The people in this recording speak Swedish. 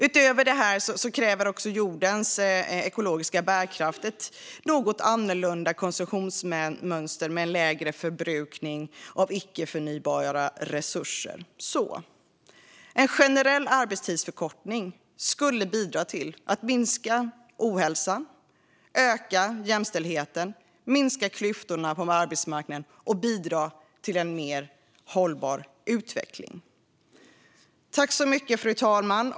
Utöver detta kräver också jordens ekologiska bärkraft ett något annorlunda konsumtionsmönster med lägre förbrukning av icke-förnybara resurser. En generell arbetstidsförkortning skulle bidra till att minska ohälsan, öka jämställdheten, minska klyftorna på arbetsmarknaden och bidra till en mer hållbar utveckling. Fru talman!